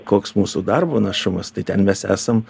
koks mūsų darbo našumas tai ten mes esam